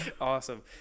Awesome